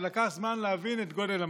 ולקח זמן להבין את גודל המגפה.